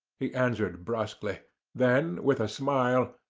he answered, brusquely then with a smile,